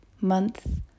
month